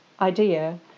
idea